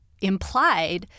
implied